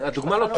הדוגמה לא טובה.